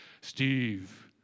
Steve